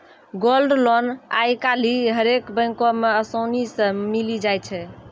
gold loan आइ काल्हि हरेक बैको मे असानी से मिलि जाय छै